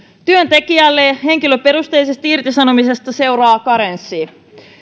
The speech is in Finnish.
työntekijälle henkilöperusteisesta irtisanomisesta seuraa karenssi